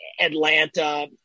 atlanta